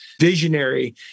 visionary